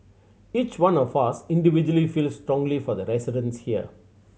each one of us individually feels strongly for the residents here